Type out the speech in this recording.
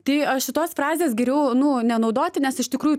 tai a šitos frazės geriau nu nenaudoti nes iš tikrųjų